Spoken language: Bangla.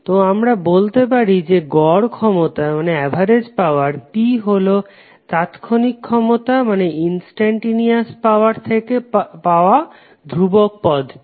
তো আমরা বলতে পারি যে গড় ক্ষমতা P হলো তাৎক্ষণিক ক্ষমতা থেকে পাওয়া ধ্রুবক পদটি